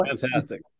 Fantastic